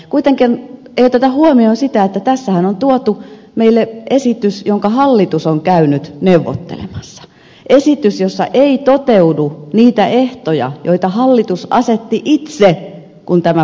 kuitenkaan ei oteta huomioon sitä että tässähän on tuotu meille esitys jonka hallitus on käynyt neuvottelemassa esitys jossa eivät toteudu ne ehdot jotka hallitus asetti itse kun tämä prosessi käynnistyi